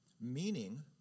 meaning